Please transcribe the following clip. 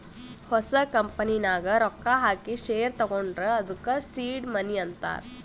ಹೊಸ ಕಂಪನಿ ನಾಗ್ ರೊಕ್ಕಾ ಹಾಕಿ ಶೇರ್ ತಗೊಂಡುರ್ ಅದ್ದುಕ ಸೀಡ್ ಮನಿ ಅಂತಾರ್